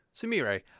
Sumire